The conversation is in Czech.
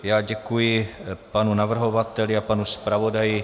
Já děkuji panu navrhovateli a panu zpravodaji.